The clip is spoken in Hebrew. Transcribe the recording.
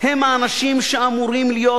הם האנשים שאמורים להיות